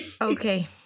okay